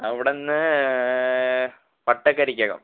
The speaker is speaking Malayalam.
അവിടെ നിന്ന് വട്ടക്കരിക്കകം